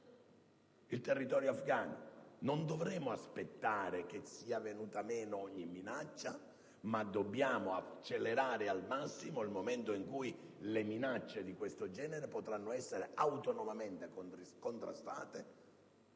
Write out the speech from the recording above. il territorio afgano. Non dovremo aspettare che sia venuta meno ogni minaccia, ma dobbiamo accelerare al massimo il momento in cui le minacce di questo genere potranno essere autonomamente contrastate